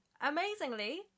Amazingly